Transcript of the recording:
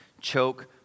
choke